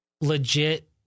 legit